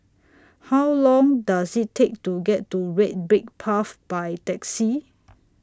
How Long Does IT Take to get to Red Brick Path By Taxi